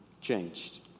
changed